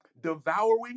devouring